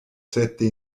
sette